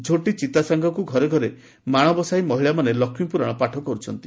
ଝୋଟି ଚିତା ସାଙ୍ଗକୁ ଘରେଘରେ ମାଣ ବସାଇ ମହିଳାମାନେ ଲକ୍ଷ୍ମୀ ପୁରାଣ ପାଠ କରୁଛନ୍ତି